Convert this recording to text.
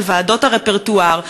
של ועדות הרפרטואר,